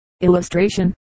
Illustration